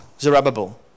Zerubbabel